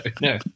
No